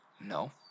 No